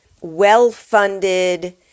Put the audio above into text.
well-funded